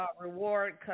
reward